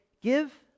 Give